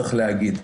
צריך להגיד.